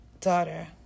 daughter